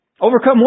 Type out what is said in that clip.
Overcome